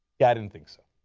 yeah didn't think so.